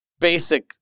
basic